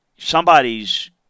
somebody's